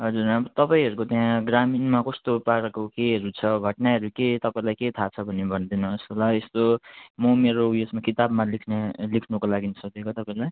हजुर राम तपाईँहरूको यहाँ ग्रामीणमा कस्तो पाराको केहरू छ घटनाहरू केही तपाईँलाई के थाहा छ भनिदिनुहोस् होला यस्तो म मेरो ऊ यसमा किताबमा लेख्ने लेख्नुको लागि सोधेको तपाईँलाई